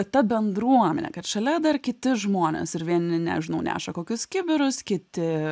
ta bendruomenė kad šalia dar kiti žmonės ir vieni nežinau neša kokius kibirus kiti